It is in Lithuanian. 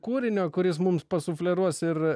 kūrinio kuris mums pasufleruos ir